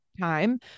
time